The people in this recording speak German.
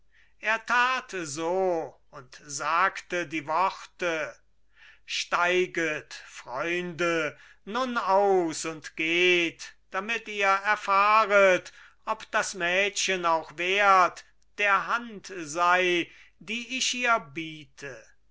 er tat so und sagte die worte steiget freunde nun aus und geht damit ihr erfahret ob das mädchen auch wert der hand sei die ich ihr biete